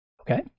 Okay